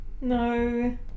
No